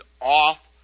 off